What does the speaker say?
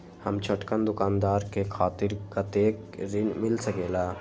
हम छोटकन दुकानदार के खातीर कतेक ऋण मिल सकेला?